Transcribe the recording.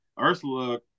Ursula